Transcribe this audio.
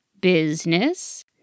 Business